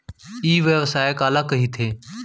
ई व्यवसाय काला कहिथे?